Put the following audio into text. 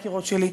יקירות שלי,